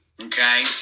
Okay